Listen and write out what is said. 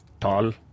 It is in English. tall